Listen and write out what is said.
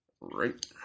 Right